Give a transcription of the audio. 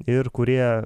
ir kurie